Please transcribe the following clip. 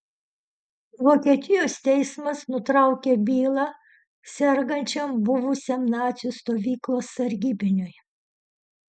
vokietijos teismas nutraukė bylą sergančiam buvusiam nacių stovyklos sargybiniui